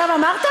עכשיו אמרת?